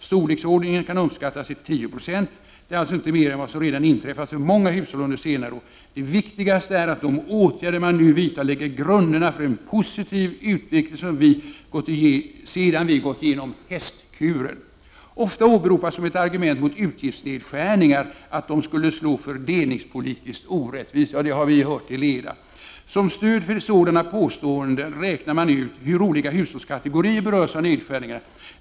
Storleksordningen kan uppskattas till 10 26. Det är alltså inte mer än vad som redan inträffat för många hushåll under senare år. Det viktigaste är att de åtgärder man nu vidtar lägger grunderna för en positiv utveckling sedan vi gått igenom ”hästkuren”. Ofta åberopas som ett argument mot utgiftsnedskärningar att de skulle slå fördelningspolitiskt orättvist.” — Ja, det har vi hört till leda. — ”Som stöd för sådana påståenden räknar man ut hur olika hushållskategorier berörs av nedskärningarna.